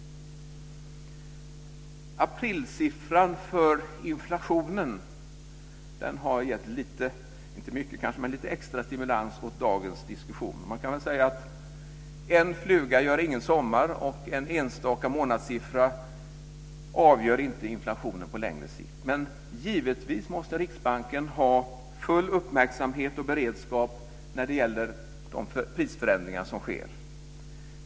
Aprilsiffran för inflationen har gett kanske inte mycket men väl lite extra stimulans åt dagens diskussion. Man kan väl säga: En fluga gör ingen sommar, och en enstaka månadssiffra avgör inte inflationen på längre sikt. Givetvis måste Riksbanken ha full uppmärksamhet och beredskap vad gäller de prisförändringar som sker.